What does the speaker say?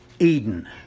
Eden